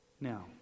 Now